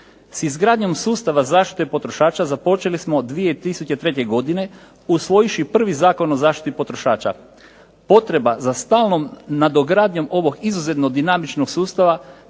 S izgradnjom sustava zaštite potrošača započeli smo 2003. godine usvojivši prvi Zakon o zaštiti potrošača. Potreba za stalnom nadogradnjom ovog izuzetno dinamičnog sustava,